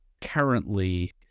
currently